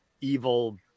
evil